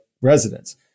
residents